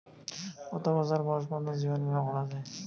কত বছর বয়স পর্জন্ত জীবন বিমা করা য়ায়?